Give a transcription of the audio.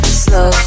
slow